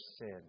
sin